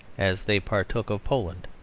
as they partook of poland.